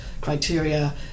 criteria